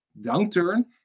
downturn